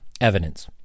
evidence